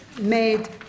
made